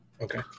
Okay